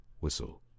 Whistle